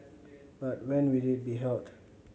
but when will it be held